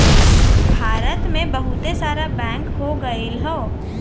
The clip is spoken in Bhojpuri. भारत मे बहुते सारा बैंक हो गइल हौ